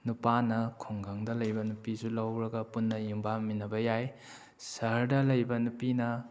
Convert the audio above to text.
ꯅꯨꯄꯥꯅ ꯈꯨꯡꯒꯪꯗ ꯂꯩꯕ ꯅꯨꯄꯤꯁꯨ ꯂꯧꯔꯒ ꯄꯨꯟꯅ ꯌꯨꯝꯕꯥꯟꯃꯤꯟꯅꯕ ꯌꯥꯏ ꯁꯍꯔꯗ ꯂꯩꯕ ꯅꯨꯄꯤꯅ